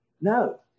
No